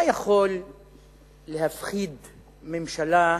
מה יכול להפחיד ממשלה,